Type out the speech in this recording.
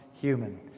human